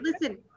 listen